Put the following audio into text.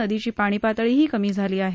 नदीची पाणी पातळीही कमी झाली आहे